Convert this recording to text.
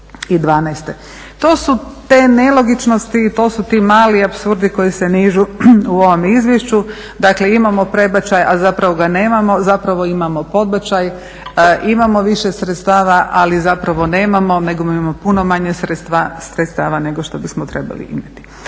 To su te nelogičnosti i to su ti mali apsurdi koji se nižu u ovom izvješću. Dakle, imamo prebačaj a zapravo ga nemamo, zapravo imamo podbačaj, imamo više sredstava ali zapravo nemamo nego imamo puno manje sredstava nego što bismo trebali imati.